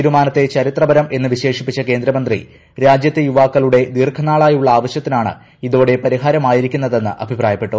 തീരുമാനത്തെ ചരിത്രപരം എന്ന് വിശേഷിപ്പിച്ച കേന്ദ്രമന്ത്രി രാജ്യത്തെ യുവാക്കളുടെ ദീർഘനാളായുള്ള ആവശ്യത്തിനാണ് ഇതോടെ പരിഹാരമായിരിക്കുന്നതെന്ന് അഭിപ്രായപ്പെട്ടു